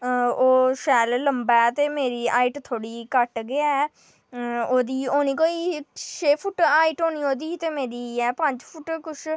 ओह् शैल लम्मा ऐ ते मेरी हाईट थोह्ड़ी घट्ट गै ऐ ओह्दी होनी कोई छेह् फुट्ट हाईट होनी ते मेरी ऐ पंज फुट्ट कुछ